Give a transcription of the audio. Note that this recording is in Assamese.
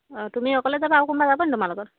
অঁ তুমি অকলে যাবা আৰু কোনোবা যাব নি তোমাৰ লগত